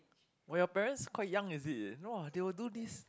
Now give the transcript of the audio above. !wah! your parents quite young is it !wah! they will do this